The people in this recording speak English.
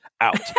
out